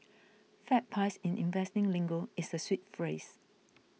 fat pies in investing lingo is a sweet phrase